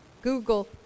Google